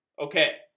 Okay